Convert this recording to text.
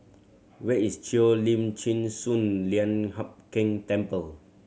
where is Cheo Lim Chin Sun Lian Hup Keng Temple